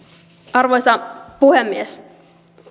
arvoisa puhemies